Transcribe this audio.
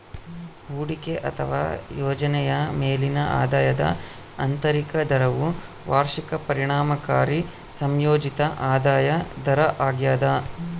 ಹೂಡಿಕೆ ಅಥವಾ ಯೋಜನೆಯ ಮೇಲಿನ ಆದಾಯದ ಆಂತರಿಕ ದರವು ವಾರ್ಷಿಕ ಪರಿಣಾಮಕಾರಿ ಸಂಯೋಜಿತ ಆದಾಯ ದರ ಆಗ್ಯದ